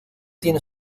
tiene